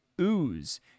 ooze